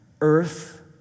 Earth